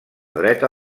dreta